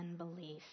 unbelief